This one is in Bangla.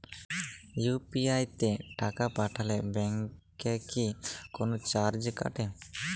ইউ.পি.আই তে টাকা পাঠালে ব্যাংক কি কোনো চার্জ কাটে?